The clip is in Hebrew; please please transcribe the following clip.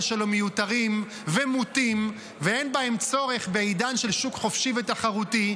שלו מיותרים ומוטים ואין בהם צורך בעידן של שוק חופשי ותחרותי,